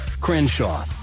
Crenshaw